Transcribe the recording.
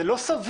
זה לא סביר.